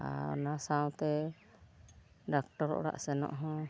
ᱟᱨ ᱚᱱᱟ ᱥᱟᱶᱛᱮ ᱰᱟᱠᱛᱚᱨ ᱚᱲᱟᱜ ᱥᱮᱱᱚᱜ ᱦᱚᱸ